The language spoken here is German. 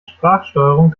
sprachsteuerung